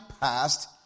past